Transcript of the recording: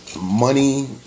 Money